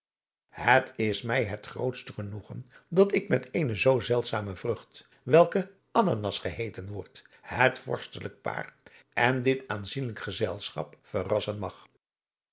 het is mij het grootst genoegen dat ik met eene zoo zeldzame vrucht welke ananas geheeten wordt het vorstelijk paar en dit aanzienlijk gezelschap verrassen mag